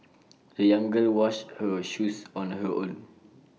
the young girl washed her shoes on her own